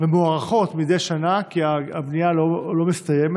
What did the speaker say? ומוארכות מדי שנה כי הבנייה לא מסתיימת.